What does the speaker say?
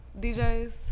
DJs